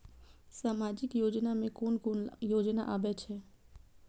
सामाजिक योजना में कोन कोन योजना आबै छै?